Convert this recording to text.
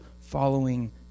following